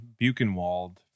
Buchenwald